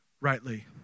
rightly